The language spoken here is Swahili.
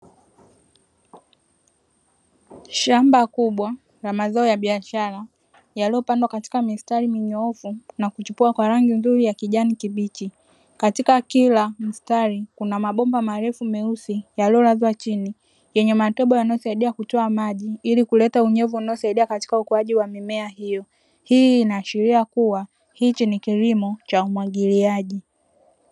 Shamba kubwa la mazao ya biashara yaliyopandwa katika mistari minyoofu na kuchipua kwa rangi nzuri ya kijani kibichi, katika kila mstari kuna mabomba marefu meusi yaliyolazwa chini yenye matobo yanayosaidia kutoa maji ili kuleta unyevu unaosaidia katika ukuaji wa mimea hiyo. Hii inaashiria kuwa hiki ni kilimo cha umwagiliaji.